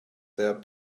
there